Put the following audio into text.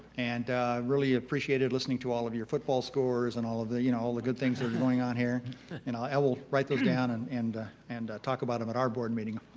and really appreciated listening to all of your football scores and all of the, you know, all the good things that are going on here. and i i will write those down and and and talk about them at our board meeting